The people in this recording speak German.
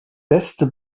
beste